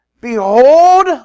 Behold